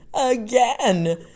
again